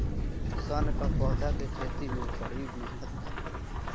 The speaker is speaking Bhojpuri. सन क पौधा के खेती में बड़ी मेहनत बा